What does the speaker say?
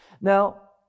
Now